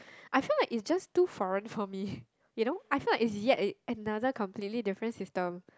I feel like it's just too foreign for me you know I feel like it's yet another completely different system